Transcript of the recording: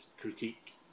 critique